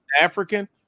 African